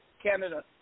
Canada